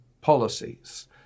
policies